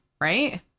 right